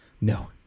No